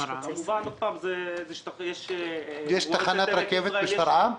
יש תחנת רכבת בשפרעם?